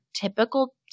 typical